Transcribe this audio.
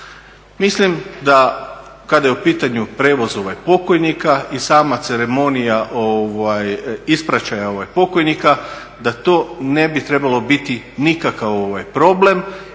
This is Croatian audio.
Mislim da kada je u pitanju prijevoz pokojnika i sama ceremonija ispraćaja pokojnika da to ne bi trebalo biti nikakav problem